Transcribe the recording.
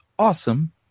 awesome